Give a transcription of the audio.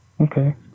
Okay